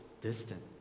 distant